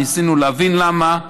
ניסינו להבין למה,